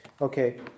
Okay